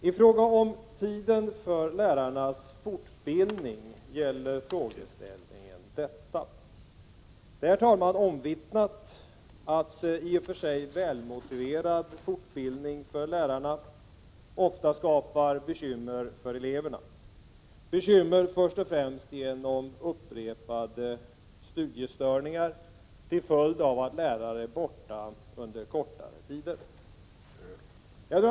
I fråga om tiden för lärarnas fortbildning gäller frågeställningen detta. Det är, herr talman, omvittnat att i och för sig välmotiverad fortbildning för lärarna ofta skapar bekymmer för eleverna, bekymmer först och främst genom upprepade studiestörningar till följd av att lärare är borta under kortare tid.